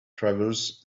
travels